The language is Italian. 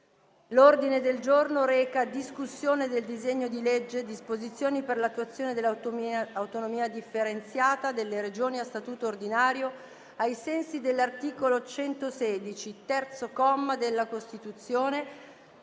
Il Senato, in sede di esame del disegno di legge recante disposizioni per l'attuazione dell'autonomia differenziata delle Regioni a statuto ordinario ai sensi dell'articolo 116, terzo comma, della Costituzione